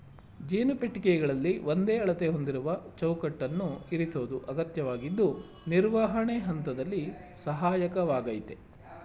ಜೇನು ಪೆಟ್ಟಿಗೆಗಳಲ್ಲಿ ಒಂದೇ ಅಳತೆ ಹೊಂದಿರುವ ಚೌಕಟ್ಟನ್ನು ಇರಿಸೋದು ಅಗತ್ಯವಾಗಿದ್ದು ನಿರ್ವಹಣೆ ಹಂತದಲ್ಲಿ ಸಹಾಯಕವಾಗಯ್ತೆ